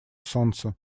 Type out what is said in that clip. солнца